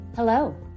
Hello